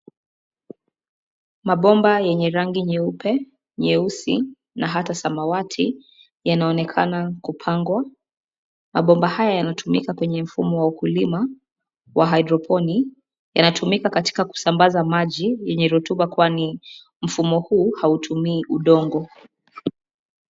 Mabomba yenye rangi nyeupe, nyeusi, na hata samawati yanaonekana kupangwa. Mabomba haya yanatumika kwenye mfumo wa ukulima, wa hydroponic . Yanatumika katika kusambaza maji yenye rutuba kwani, mfumo huu hautumii udongo.